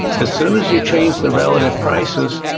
as soon as you change the relative prices,